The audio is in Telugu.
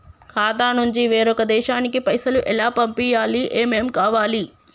ఖాతా నుంచి వేరొక దేశానికి పైసలు ఎలా పంపియ్యాలి? ఏమేం కావాలి?